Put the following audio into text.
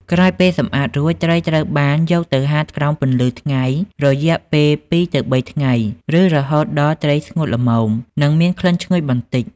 ក្រោយពេលសម្អាតរួច ត្រីត្រូវបានយកទៅហាលក្រោមពន្លឺថ្ងៃរយៈពេលពី ២ ទៅ ៣ ថ្ងៃ ឬរហូតដល់ត្រីស្ងួតល្មម និងមានក្លិនឈ្ងុយបន្តិច។